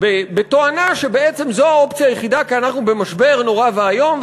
בתואנה שזו האופציה היחידה כי אנחנו במשבר נורא ואיום,